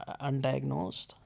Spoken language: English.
undiagnosed